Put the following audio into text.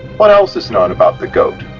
what else is known about the goat?